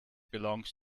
belongs